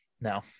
No